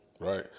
right